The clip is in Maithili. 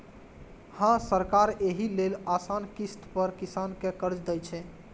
हां, सरकार एहि लेल आसान किस्त पर किसान कें कर्ज दै छै